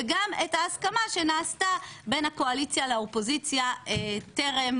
וגם את ההסכמה שנעשתה בין הקואליציה לאופוזיציה טרם